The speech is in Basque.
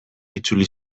itzuli